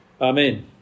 Amen